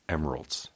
Emeralds